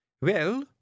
Well